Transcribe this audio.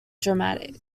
dramatic